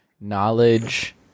knowledge